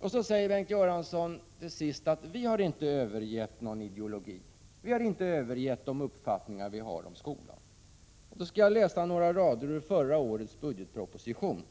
Till sist säger Bengt Göransson: Vi har inte övergett någon ideologi, och vi har inte övergett de uppfattningar vi har om skolan. Då skall jag läsa några rader ur förra årets budgetproposition.